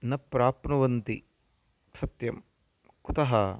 न प्राप्नुवन्ति सत्यं कुतः